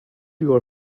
your